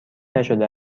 نشده